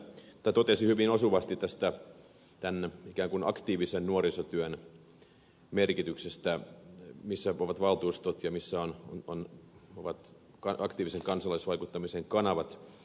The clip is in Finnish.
juurikkala totesi hyvin osuvasti tästä ikään kuin aktiivisen nuorisotyön merkityksestä missä ovat valtuustot ja missä ovat aktiivisen kansalaisvaikuttamisen kanavat